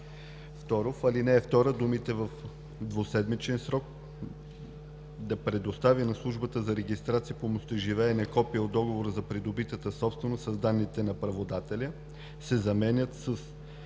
В ал. 2 думите „в двуседмичен срок да предостави на службата за регистрация по местоживеене копие от договора за придобитата собственост с данните на праводателя” се заменят с